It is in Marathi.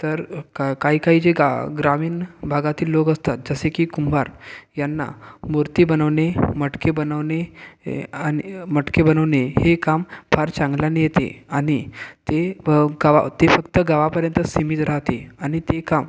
तर काही काही जे ग्रामीण भागातील लोक असतात जसे की कुंभार यांना मूर्ती बनवणे मटके बनवणे आणि मटके बनवणे हे काम फार चांगल्यानी येते आणि ते भ गावा फक्त गावापर्यंत सीमित राहते आणि ते काम